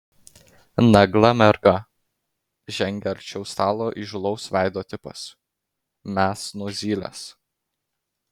nagla merga žengė arčiau stalo įžūlaus veido tipas mes nuo zylės